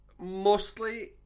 mostly